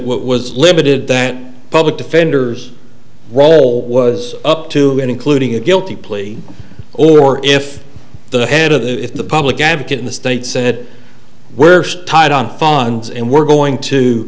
was limited that public defenders role was up to and including a guilty plea or if the head of the if the public advocate in the state said we're tight on funds and we're going to